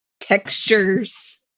textures